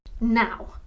Now